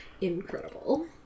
Incredible